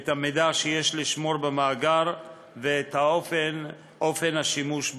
את המידע שיש לשמור במאגר ואת אופן השימוש בו.